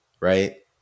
right